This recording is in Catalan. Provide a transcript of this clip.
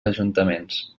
ajuntaments